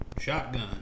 Shotgun